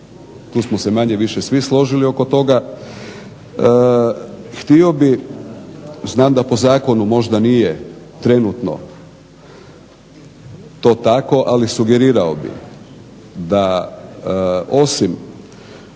Tu smo se manje-više svi složili oko toga. Htio bih, znam da po zakonu možda nije trenutno to tako, ali sugerirao bih da osim